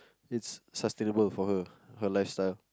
it's sustainable for her her lifestyle